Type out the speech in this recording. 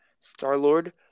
Star-Lord